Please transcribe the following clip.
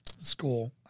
school